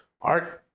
art